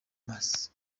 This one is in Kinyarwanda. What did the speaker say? mars